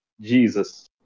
Jesus